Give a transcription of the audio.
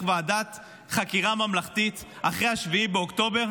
ועדת חקירה ממלכתית אחרי 7 באוקטובר?